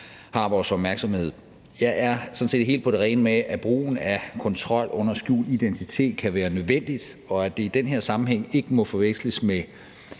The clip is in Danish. har vores opmærksomhed. Jeg er sådan set helt på det rene med, at brugen af kontrol under skjult identitet kan være nødvendigt, og at det i den her sammenhæng ikke må forveksles med